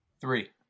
Three